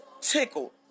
tickled